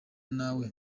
nawe